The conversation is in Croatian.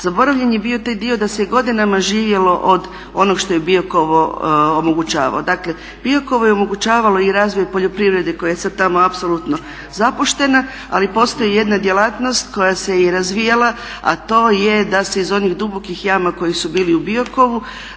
Zaboravljen je bio taj dio da se godinama živjelo od onog što je Biokovo omogućavalo. Dakle Biokovo je omogućavalo i razvoj poljoprivrede koja je sad tamo apsolutno zapuštena ali postoji jedna djelatnost koja se je i razvijala, a to je da se iz onih dubokih jama koje su bile u Biokovu